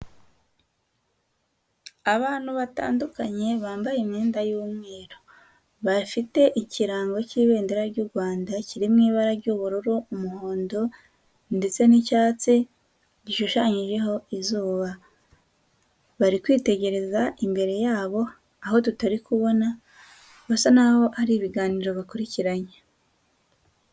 Abantu batandukanye bambaye imyenda y'umweru, bafite ikirango cy'ibendera ry'u Rwanda, kiri mu ibara ry'ubururu, umuhondo ndetse n'icyatsi, gishushanyijeho izuba, bari kwitegereza imbere yabo, aho tutari kubona, basa n'aho hari ibiganiro bakurikiranye.